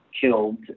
killed